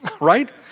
right